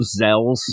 Zells